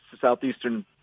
Southeastern